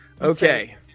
Okay